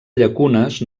llacunes